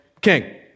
king